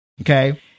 Okay